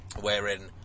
wherein